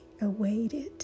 awaited